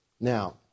Now